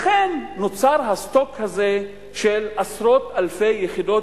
לכן נוצר הסטוק הזה של עשרות אלפי יחידות